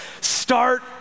Start